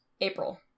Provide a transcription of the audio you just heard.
April